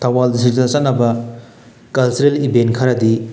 Thoubal district ꯆꯠꯅꯕ cultural event ꯈꯔꯗꯤ